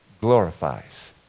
glorifies